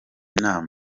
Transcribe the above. nama